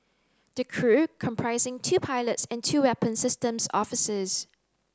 the crew comprising two pilots and two weapon systems officers